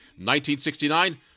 1969